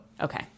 okay